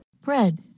Bread